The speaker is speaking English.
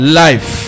life